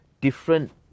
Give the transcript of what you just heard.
different